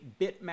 bitmap